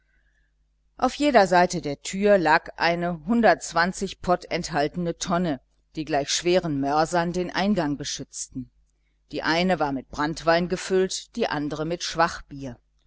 auf jeder seite der tür lag eine hundertundzwanzig pott enthaltende tonne die gleich schweren mörsern den eingang beschützten die eine war mit branntwein gefüllt die andre mit